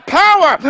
power